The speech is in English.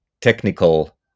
technical